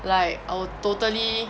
like I will totally